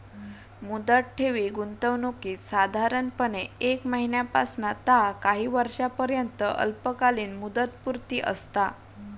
मुदत ठेवी गुंतवणुकीत साधारणपणे एक महिन्यापासना ता काही वर्षांपर्यंत अल्पकालीन मुदतपूर्ती असता